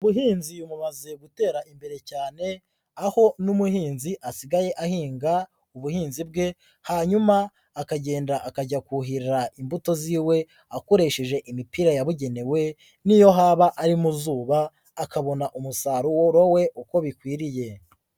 Ubuhinzi bumaze gutera imbere cyane aho n'umuhinzi asigaye ahinga ubuhinzi bwe hanyuma akagenda akajya kuhira imbuto ziwe akoresheje imipira yabugenewe, niyo haba ari mu zuba, akabona umusarurowe uko bikwiriye.